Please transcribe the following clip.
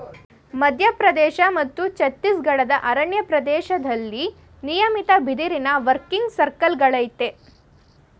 ಮಧ್ಯಪ್ರದೇಶ ಮತ್ತು ಛತ್ತೀಸ್ಗಢದ ಅರಣ್ಯ ಪ್ರದೇಶ್ದಲ್ಲಿ ನಿಯಮಿತ ಬಿದಿರಿನ ವರ್ಕಿಂಗ್ ಸರ್ಕಲ್ಗಳಯ್ತೆ